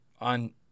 on